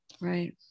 Right